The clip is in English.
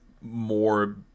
more